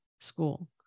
school